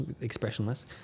Expressionless